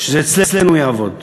שזה אצלנו יעבוד.